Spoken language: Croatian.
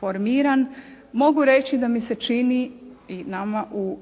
formiran mogu reći da mi se čini i nama u